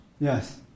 Yes